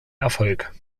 erfolg